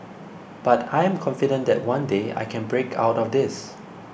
but I am confident that one day I can break out of this